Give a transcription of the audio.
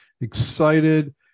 excited